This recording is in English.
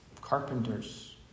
carpenters